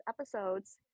episodes